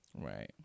Right